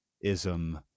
ism